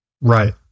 Right